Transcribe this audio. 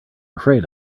afraid